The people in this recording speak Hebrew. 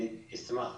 אני אשמח,